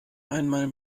einmal